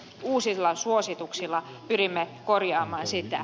uusilla suosituksilla pyrimme korjaamaan sitä